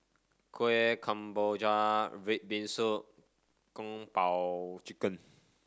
Kueh Kemboja red bean soup Kung Po Chicken